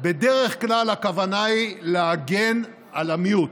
בדרך כלל הכוונה היא להגן על המיעוט.